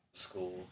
School